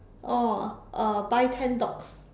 oh uh buy ten dogs